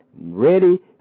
ready